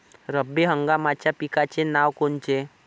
रब्बी हंगामाच्या पिकाचे नावं कोनचे?